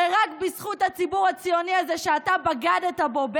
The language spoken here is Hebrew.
הרי רק בזכות הציבור הציוני הזה שאתה בגדת בו,